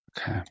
Okay